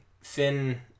Finn